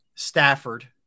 Stafford